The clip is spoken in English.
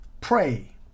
pray